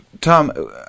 Tom